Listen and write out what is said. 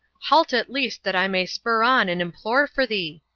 halt at least that i may spur on and implore for thee,